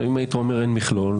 אם היית אומר שאין מכלול,